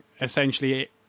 essentially